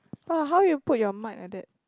!wah! how you put your mic like that